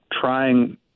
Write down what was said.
trying